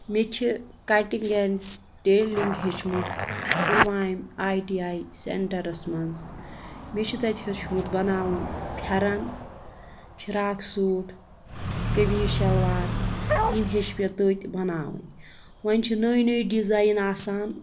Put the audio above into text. مےٚ چھِ cutting and tailoring ہیٚچھمٕژ پُلوامہِ آی ٹی آی سٮ۪نٹَرَس منٛز مےٚ چھِ تَتہِ ہیوٚچھمُت بَناوُن پھٮ۪رَن فِراک سوٗٹھ کمیٖز شَلوار یِم ہیٚچھۍ مےٚ تٔتۍ بَناوٕنۍ وۄنۍ چھِ نٔے نٔے ڈِزایِن آسان